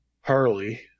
Harley